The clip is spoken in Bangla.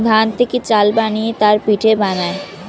ধান থেকে চাল বানিয়ে তার পিঠে বানায়